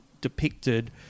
depicted